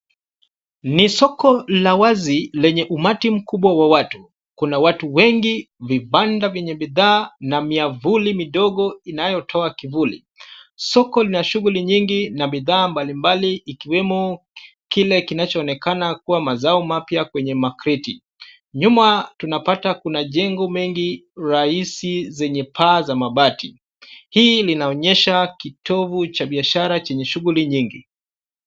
Ni soko la wazi lenye umati mkubwa wa watu, kuna watu wengi, vibanda vyenye bidhaa na miavuli midogo inayotoa kivuli. Soko lina shughuli nyingi na bidhaa mbalimbali ikiwemo kile kinachoonekana kuwa mazao mapya kwenye makreti. Nyuma tunapata kuna jengo mengi rahisi zenye paa za mabati. Hii inaonyesha kitovu cha biashara chenye shughuli nyingi.